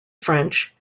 french